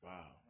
Wow